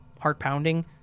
Heart-pounding